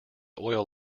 oil